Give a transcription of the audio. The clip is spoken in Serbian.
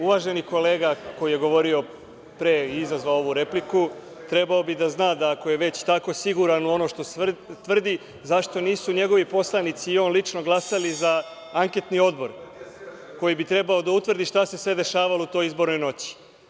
Uvaženi kolega koji je govorio pre i izazvao ovu repliku trebalo bi da zna da ako je već tako siguran u ono što tvrdi, zašto nisu njegovi poslanici i on lično glasali za anketni odbor koji bi trebalo da utvrdi šta se sve dešavalo u toj izbornoj noći?